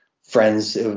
Friends